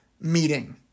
meeting